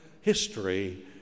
history